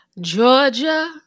Georgia